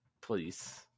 please